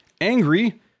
angry